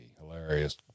hilarious